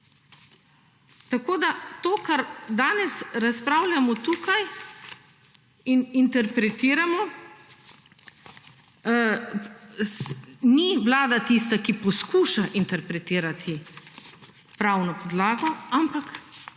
Tako, da to, kar danes razpravljamo tukaj in interpretiramo, ni vlada tista, ki poskuša interpretirati pravno podlago, ampak